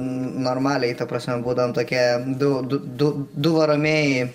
normaliai ta prasme būdavom tokie du du du du varomieji